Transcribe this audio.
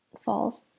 falls